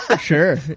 Sure